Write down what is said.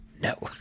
no